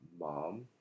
mom